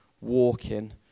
walking